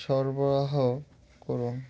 সরবরাহ করুন